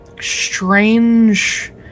strange